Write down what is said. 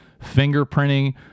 Fingerprinting